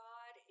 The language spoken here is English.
God